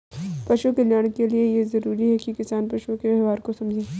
पशु कल्याण के लिए यह जरूरी है कि किसान पशुओं के व्यवहार को समझे